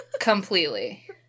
Completely